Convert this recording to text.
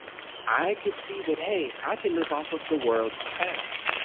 i could see that hey, i can live off of the world's trash.